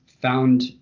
found